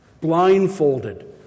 blindfolded